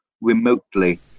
remotely